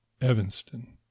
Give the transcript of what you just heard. Evanston